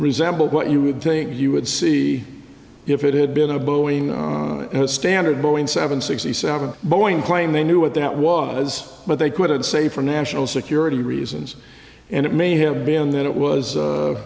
resemble what you would think you would see if it had been a boeing standard boeing seven sixty seven boeing claim they knew what that was but they couldn't say for national security reasons and it may have been that it was a